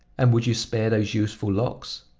and would you spare those youthful locks?